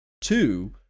Two